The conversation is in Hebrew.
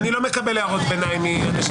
סדרנים, אני לא מקבל הערות ביניים מאנשים